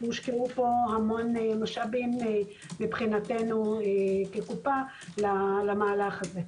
הושקעו פה המון משאבים מבחינתנו כקופה למהלך הזה.